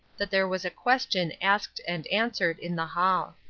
that there was a question asked and answered in the hall.